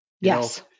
Yes